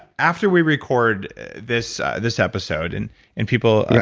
after we record this this episode and and people,